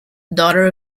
daughter